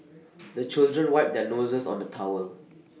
the children wipe their noses on the towel